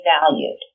valued